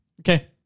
Okay